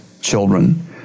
children